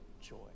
joy